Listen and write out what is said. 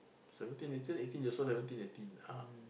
seventeen eighteen eighteen years old never turn eighteen